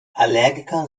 allergiker